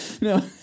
No